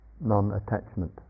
non-attachment